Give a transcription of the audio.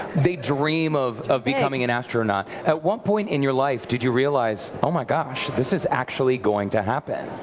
they dream of of becoming an astronaut. at what point in your life did you realize, oh, my gosh, this is actually going to happen?